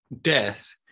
death